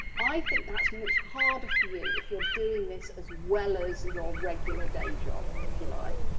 i think that's much harder for you if you're doing this as well as your regular day job, if you like.